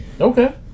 Okay